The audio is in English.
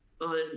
on